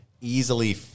easily